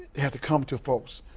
have to come to folks.